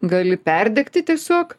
gali perdegti tiesiog